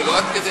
לא עד כדי